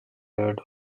aired